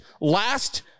last